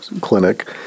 clinic